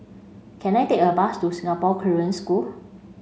can I take a bus to Singapore Korean School